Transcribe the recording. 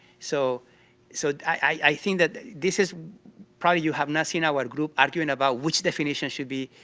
so so i think that this is probably you have nothing in our group arguing about which definition should be,